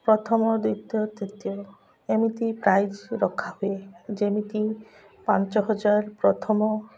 ପ୍ରଥମ ଦ୍ଵିତୀୟ ତୃତୀୟ ଏମିତି ପ୍ରାଇଜ ରଖା ହୁଏ ଯେମିତି ପାଞ୍ଚ ହଜାର ପ୍ରଥମ